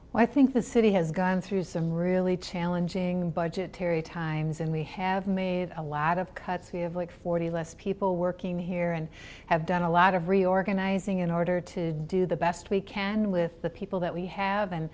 well i think the city has gone through some really challenging budgetary times and we have made a lot of cuts we have like forty less people working here and have done a lot of reorganizing in order to do the best we can with the people that we have and